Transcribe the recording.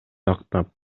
тактап